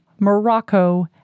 Morocco